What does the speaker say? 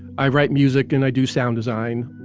i write music and i do sound design.